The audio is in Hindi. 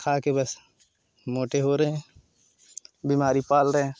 खा के बस मोटे हो रहें बीमारी पाल रहें